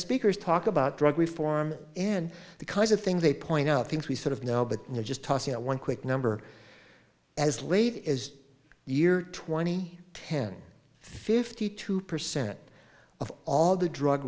speakers talk about drug reform and the kinds of things they point out things we sort of now but you know just tossing out one quick number as late as year twenty ten fifty two percent of all the drug